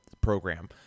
program